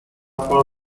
for